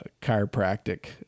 chiropractic